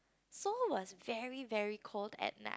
Seoul was very very cold at night